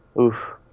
oof